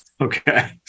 Okay